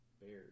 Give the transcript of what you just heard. bears